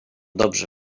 dobrze